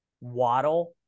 waddle